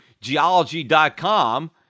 geology.com